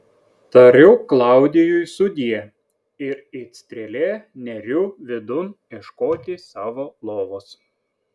tariu klaudijui sudie ir it strėlė neriu vidun ieškoti savo lovos